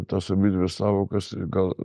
tas abidvi sąvokas gal